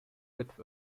with